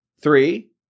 three